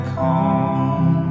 home